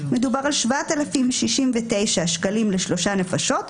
מדובר על 7,069 שקלים לשלושה נפשות,